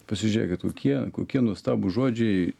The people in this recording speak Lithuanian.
pasižiūrėkit kokie kokie nuostabūs žodžiai